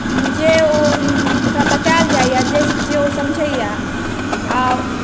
जे ओ ओकरा बताएल जाइए जे ओ समझैए आ